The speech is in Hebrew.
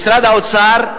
משרד האוצר,